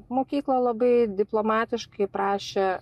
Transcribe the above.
mokykla labai diplomatiškai prašė